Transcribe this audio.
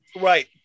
Right